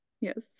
yes